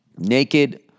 Naked